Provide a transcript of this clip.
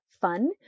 fun